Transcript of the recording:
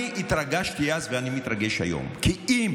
אני התרגשתי אז ואני מתרגש היום, כי אם